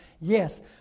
yes